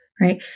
right